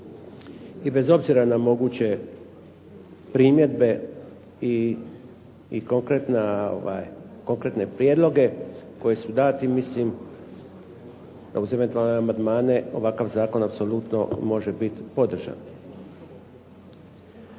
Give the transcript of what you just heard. i bez obzira na moguće primjedbe i konkretne prijedloge koji su dati mislim da uz eventualne amandmane ovakav zakon apsolutno može biti podržan.